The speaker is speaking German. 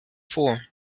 vor